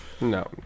No